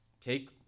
take